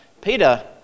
Peter